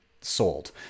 sold